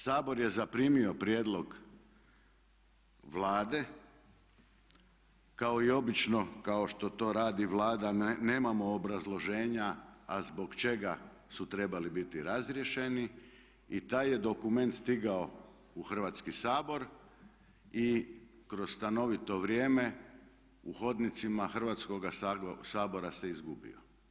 Sabor je zaprimio prijedlog Vlade kao i obično kao što to radi Vlada nemamo obrazloženja a zbog čega su trebali biti razriješeni i taj je dokument stigao u Hrvatski sabor i kroz stanovito vrijeme u hodnicima Hrvatskoga sabora se izgubio.